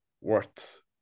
worth